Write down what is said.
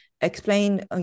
Explain